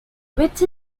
which